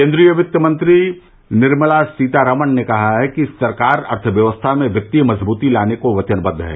केन्द्रीय वित्त मंत्री निर्मला सीतारामन ने कहा कि सरकार अर्थव्यवस्था में वित्तीय मजबूती लाने को वचनबद्व है